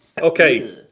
Okay